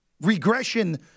regression